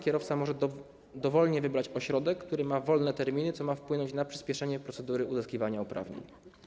Kierowca może dowolnie wybrać ośrodek, który posiada wolne terminy, co ma wpłynąć na przyspieszenie procedury uzyskiwania uprawnień.